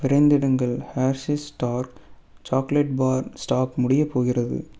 விரைந்திடுங்கள் Hershey's stark chocolate bar stock முடியப் போகிறது